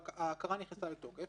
נדבר על זה